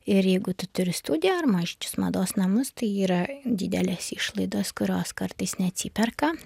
ir jeigu tu turi studiją ar mažyčius mados namus tai yra didelės išlaidos kurios kartais neatsiperka